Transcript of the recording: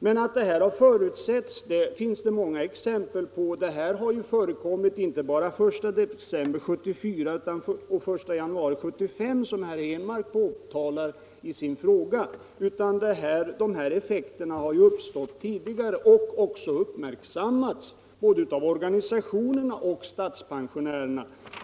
detta har förutsetts finns det många exempel på. Dessa effekter har förekommit inte bara den I december 1974 och den 1 januari 1975, som herr Henmark säger i sin fråga, utan även tidigare. De har uppmärksammats både av organisationerna och av statspensionärerna.